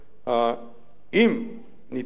אם יהיה